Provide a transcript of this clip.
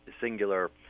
singular